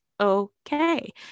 okay